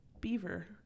beaver